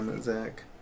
Zach